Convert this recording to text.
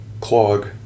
clog